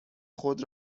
خود